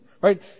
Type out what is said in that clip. right